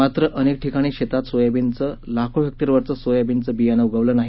मात्र अनेक ठिकाणी शेतात सोयाबीनचं लाखो हेक्टरवरचं सोयाबीनचं बियाणं उगवलं नाही